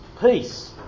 peace